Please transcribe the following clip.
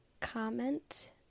comment